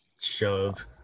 Shove